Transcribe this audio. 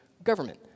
Government